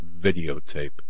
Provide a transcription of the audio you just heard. videotape